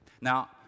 Now